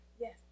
yes